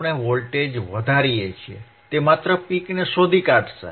આપણે વોલ્ટેજ વધારીએ છીએ તે માત્ર પીકને શોધી કાઢશે